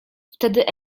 wtedy